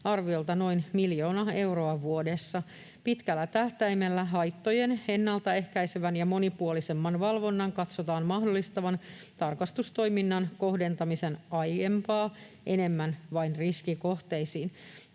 arviolta noin miljoona euroa vuodessa. Pitkällä tähtäimellä haittojen ennaltaehkäisevän ja monipuolisemman valvonnan katsotaan mahdollistavan tarkastustoiminnan kohdentamisen aiempaa enemmän vain riskikohteisiin.